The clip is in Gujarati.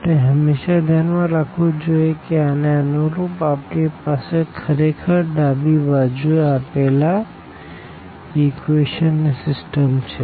આપણે હંમેશા ધ્યાનમાં રાખવું જોઈએ કે આને અનુરૂપ આપણી પાસે ખરેખર ડાબી બાજુએ આપેલા ઇક્વેશન ની સિસ્ટમ છે